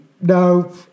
no